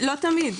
לא תמיד,